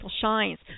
shines